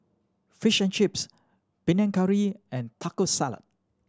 Fish and Chips Panang Curry and Taco Salad